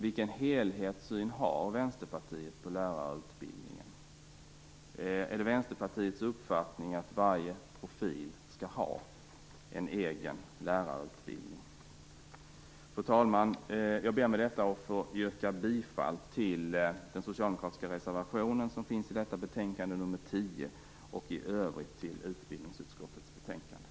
Vilken helhetssyn har Vänsterpartiet på lärarutbildningen? Är det Vänsterpartiets uppfattning att varje profil skall ha en egen lärarutbildning? Fru talman! Jag ber med detta att få yrka bifall till den socialdemokratiska reservation som finns i detta betänkande, nr 10, och i övrigt till hemställan i utbildningsutskottets betänkande.